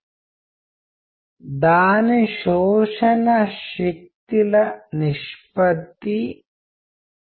కనుక మీరు కనుగొంటారు మనం ఎప్పుడైతే సరదా సందర్భాలు లేక ఉత్తేజకరమైన సాహసాలను చూస్తామొ దైనందిన జీవితం కాకుండా అప్పుడు మనకి కమ్యూనికేషన్ కనబడుతుంది